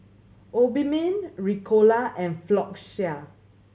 Obimin Ricola and Floxia